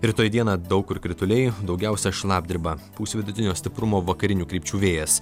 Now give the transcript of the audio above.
rytoj dieną daug kur krituliai daugiausia šlapdriba pūs vidutinio stiprumo vakarinių krypčių vėjas